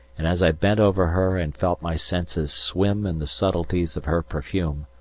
and as i bent over her and felt my senses swim in the subtleties of her perfume,